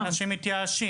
או שאנשים מתייאשים.